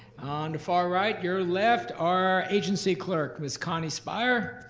on the far right, your left, our agency clerk ms. connie spire.